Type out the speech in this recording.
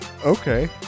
Okay